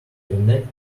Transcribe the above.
reenact